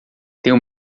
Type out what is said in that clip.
tenho